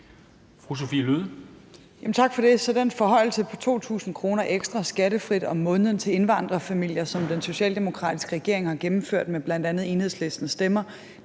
Tak for det. Så den forhøjelse på 2.000 kr. ekstra skattefrit om måneden til indvandrerfamilier, som den socialdemokratiske regering har gennemført med bl.a. Enhedslisten stemmer,